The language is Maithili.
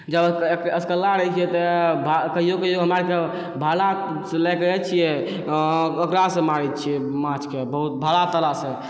जब असकल्ला रहै छिए तऽ कहिओ कहिओ हमरा आओरके भालासब लऽ कऽ जाइ छिए ओकरासँ मारै छिए माँछके बहुत भाला तालासँ